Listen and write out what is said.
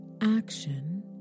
action